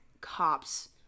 cops